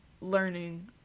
learning